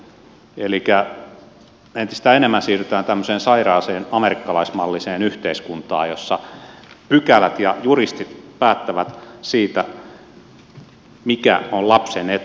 elikkä entistä enemmän siirrytään tämmöiseen sairaaseen amerikkalaismalliseen yhteiskuntaan jossa pykälät ja juristit päättävät siitä mikä on lapsen etu